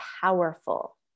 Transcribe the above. powerful